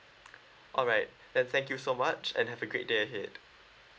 alright then thank you so much and have a great day ahead